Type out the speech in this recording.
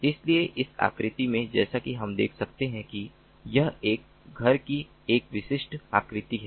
इसलिए इस आकृति में जैसा कि हम देख सकते हैं कि यह एक घर की एक विशिष्ट आकृति है